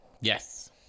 Yes